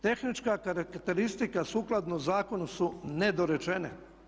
Tehnička karakteristika sukladno zakonu su nedorečene.